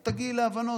את תגיעי להבנות,